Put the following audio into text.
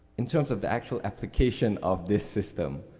in terms of the actual application of this system,